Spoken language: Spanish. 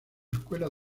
escuela